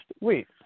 Wait